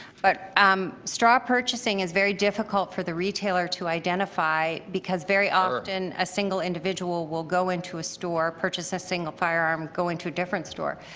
but um straw purchasing is very difficult for the retailer to identify because very often a single individual will go into a store, purchase a single firearm, go into a different store.